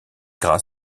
gras